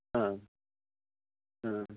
हा